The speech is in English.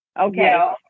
Okay